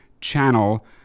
channel